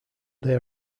they